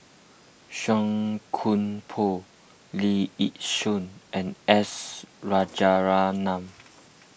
Song Koon Poh Lee Yi Shyan and S Rajaratnam